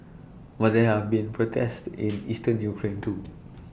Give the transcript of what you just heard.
but there have been protests in eastern Ukraine too